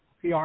PR